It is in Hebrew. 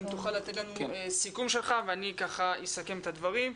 אם תוכל לתת לנו סיכום שלך ואני אסכם את הדברים.